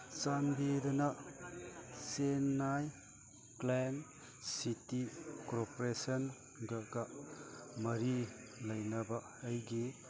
ꯆꯥꯟꯕꯤꯗꯨꯅ Chennai clean city corporation ꯃꯔꯤ ꯂꯩꯅꯕ ꯑꯩꯒꯤ